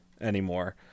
anymore